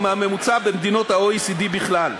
או מהממוצע במדינות ה-OECD בכלל.